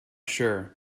sure